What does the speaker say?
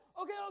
okay